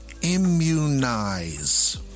immunize